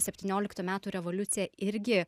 septynioliktų metų revoliucija irgi